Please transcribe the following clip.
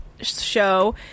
show